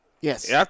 Yes